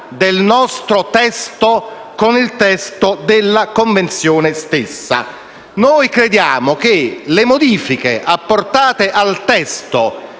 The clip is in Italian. del nostro testo al testo della convenzione stessa. Noi crediamo che le modifiche apportate al testo